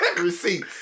Receipts